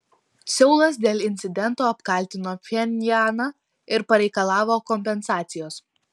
seulas dėl incidento apkaltino pchenjaną ir pareikalavo kompensacijos